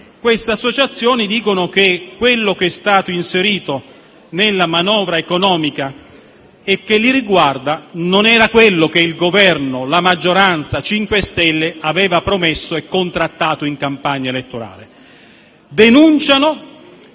queste associazioni sostengono che quanto è stato inserito nella manovra economica a loro riguardo non era quello che il Governo e la maggioranza 5 Stelle avevano promesso e contrattato in campagna elettorale.